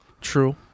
True